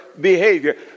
behavior